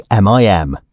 MIM